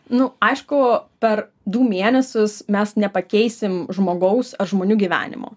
nu aišku per du mėnesius mes nepakeisim žmogaus ar žmonių gyvenimo